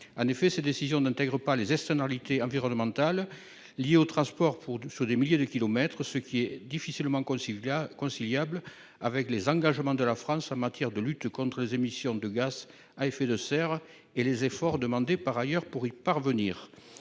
En effet, de telles décisions ne prennent pas en compte les externalités environnementales liées au transport sur des milliers de kilomètres, ce qui est difficilement conciliable avec les engagements de la France en matière de lutte contre les émissions de gaz à effet de serre et les efforts à entreprendre pour y parvenir.